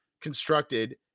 constructed